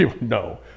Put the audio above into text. No